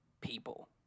people